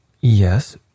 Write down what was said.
Yes